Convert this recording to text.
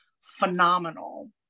phenomenal